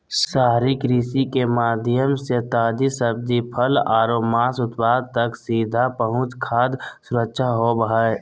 शहरी कृषि के माध्यम से ताजी सब्जि, फल आरो मांस उत्पाद तक सीधा पहुंच खाद्य सुरक्षा होव हई